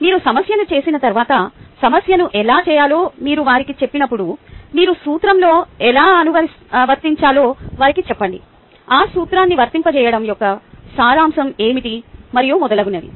మీరు సమస్యను చేసిన తర్వాత సమస్యను ఎలా చేయాలో మీరు వారికి చెప్పినప్పుడు మీరు సూత్రంలో ఎలా అనువర్తిoచాలో వారికి చెప్పండి ఆ సూత్రాన్ని వర్తింపజేయడం యొక్క సారాంశం ఏమిటి మరియు మొదలగునవి